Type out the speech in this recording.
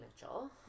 Mitchell